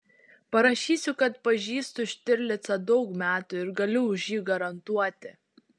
parašysiu kad pažįstu štirlicą daug metų ir galiu už jį garantuoti